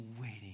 waiting